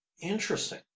Interesting